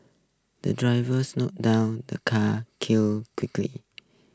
the driver slowed down the car kill quickly